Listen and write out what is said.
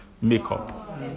makeup